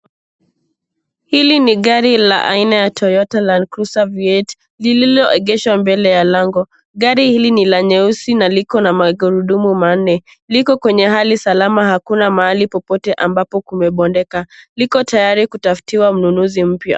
Hili ni gari la aina ya Toyota Lancruiser V8 lililoegeshwa mbele ya lango, gari hili ni la nyeusi na liko na magurudumu manne. Liko kwenye hali salama hakuna mahali popote ambapo kume bondeka liko tayari kutafutiwa mununuzi mpya.